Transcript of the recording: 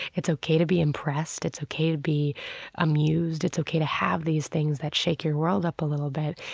it's ok to be impressed, it's ok to be amused, it's ok to have these things that shake your world up a little bit,